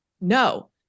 No